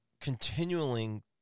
continuing